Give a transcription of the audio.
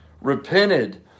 repented